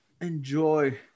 enjoy